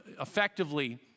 effectively